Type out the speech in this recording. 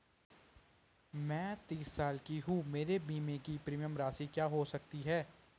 मैं तीस साल की हूँ मेरे बीमे की प्रीमियम राशि क्या हो सकती है?